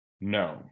no